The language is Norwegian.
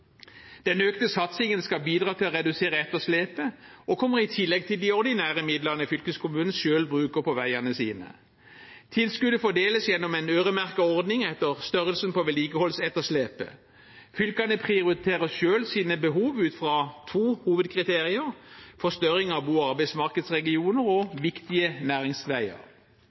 Den økte satsingen skal bidra til å redusere etterslepet og kommer i tillegg til de ordinære midlene fylkeskommunene selv bruker på veiene sine. Tilskuddet fordeles gjennom en øremerket ordning etter størrelsen på vedlikeholdsetterslepet. Fylkene prioriterer selv sine behov ut fra to hovedkriterier: forstørring av bo- og arbeidsmarkedsregioner og viktige næringsveier.